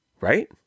right